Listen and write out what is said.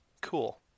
cool